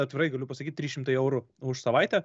atvirai galiu pasakyt trys šimtai eurų už savaitę